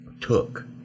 took